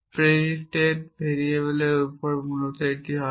predicate ভেরিয়েবলের উপর মূলত এটি হবে